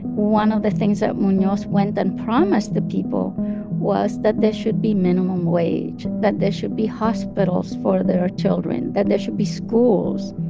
one of the things that munoz went and promised the people was that there should be minimum wage, that there should be hospitals for their children, that there should be schools.